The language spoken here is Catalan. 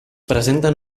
presenten